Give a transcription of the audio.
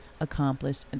accomplished